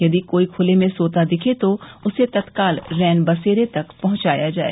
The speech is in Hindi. यदि कोई खूले में सोता दिखे तो उसे तत्काल रैन बसेरे तक पहंचाया जाय